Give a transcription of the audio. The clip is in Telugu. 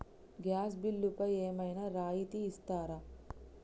గ్యాస్ బిల్లుపై ఏమైనా రాయితీ ఇస్తారా?